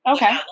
Okay